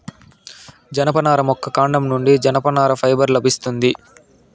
జనపనార మొక్క కాండం నుండి జనపనార ఫైబర్ లభిస్తాది